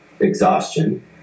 exhaustion